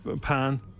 pan